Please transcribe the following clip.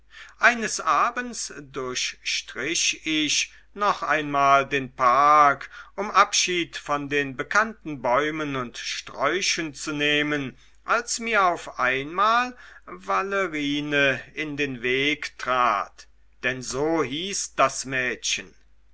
eines abends durchstrich ich noch einmal den park um abschied von den bekannten bäumen und sträuchen zu nehmen als mir auf einmal valerine in den weg trat denn so hieß das mädchen